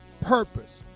purpose